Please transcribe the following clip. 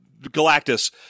Galactus